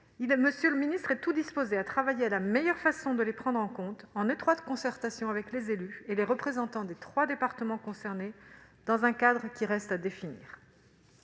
ministre de la justice est tout disposé à travailler à la meilleure façon de les prendre en compte, en étroite concertation avec les élus et les représentants des trois départements concernés, et ce dans un cadre qui reste à définir.